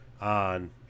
On